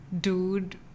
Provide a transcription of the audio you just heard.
dude